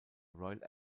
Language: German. royal